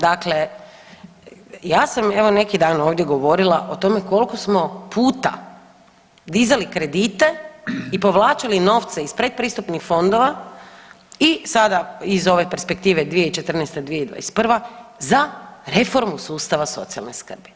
Dakle, ja sam evo neki dan ovdje govorila o tome koliko smo puta dizali kredite i povlačili novce iz pretpristupnih fondova i sada iz ove perspektive 2014.-2021. za reformu sustava socijalne skrbi.